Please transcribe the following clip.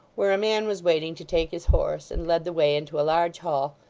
where a man was waiting to take his horse, and led the way into a large hall,